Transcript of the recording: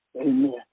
Amen